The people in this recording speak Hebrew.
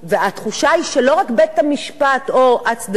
והתחושה היא שלא רק בית-המשפט או הצדדים,